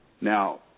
Now